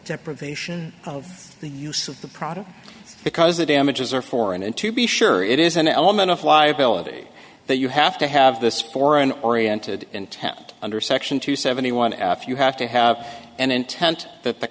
deprivation of the use of the product because the damages are foreign and to be sure it is an element of liability that you have to have this foreign oriented intent under section two seventy one after you have to have an intent that the